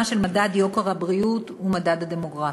של מדד יוקר הבריאות ומדד הדמוגרפיה.